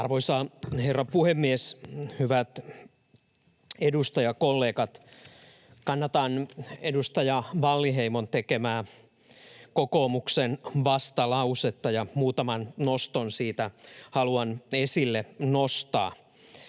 Arvoisa herra puhemies, hyvät edustajakollegat! Kannatan edustaja Wallinheimon tekemää kokoomuksen vastalausetta, ja muutaman noston haluan siitä esille nostaa.